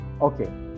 okay